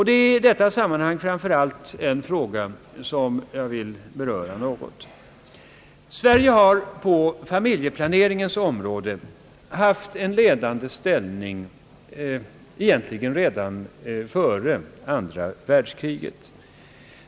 Det är i detta sammanhang framför allt en fråga, som jag något vill beröra. Sverige har på familjeplaneringens område haft en ledande ställning egentligen redan före andra världskriget.